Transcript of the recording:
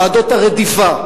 ועדות הרדיפה,